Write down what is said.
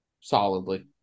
Solidly